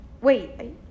Wait